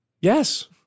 Yes